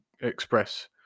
Express